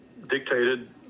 dictated